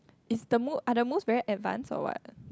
is the mo~ are the moves very advanced or what